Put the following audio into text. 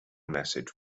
message